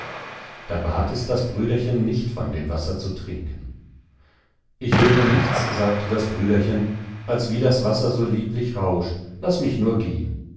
da bat es das brüderchen nicht von dem wasser zu trinken ich höre nichts sagte das brüderchen als wie das wasser so lieblich rauscht laß mich nur gehen